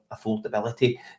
affordability